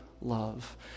love